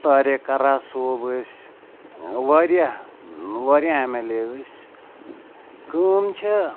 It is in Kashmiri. طاریق کرا صوب ٲسۍ واریاہ واریاہ ایم ایل اے ٲسۍ کٲم چھےٚ